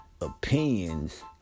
opinions